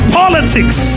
politics